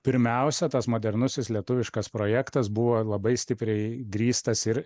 pirmiausia tas modernusis lietuviškas projektas buvo labai stipriai grįstas ir